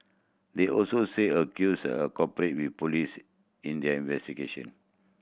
they also say accuser cooperated with police in their investigation